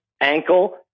ankle